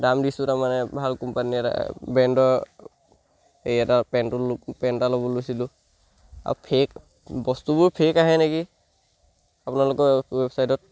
দাম দিছোঁ তাৰমানে ভাল কোম্পানী এটা ব্ৰেণ্ডৰ এই এটা পেণ্টটো পেণ এটা ল'ব লৈছিলোঁ আৰু ফেক বস্তুবোৰ ফেক আহে নেকি আপোনালোকৰ ৱেবছাইটত